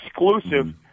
exclusive